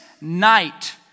night